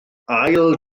ail